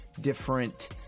different